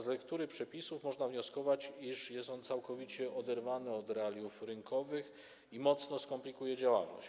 Z lektury przepisów można wnioskować, iż jest on całkowicie oderwany od realiów rynkowych i mocno skomplikuje działalność.